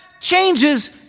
changes